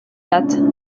date